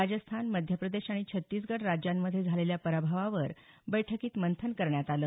राजस्थान मध्य प्रदेश आणि छत्तीसगड राज्यांमध्ये झालेल्या पराभवावर बैठकीत मंथन करण्यात आलं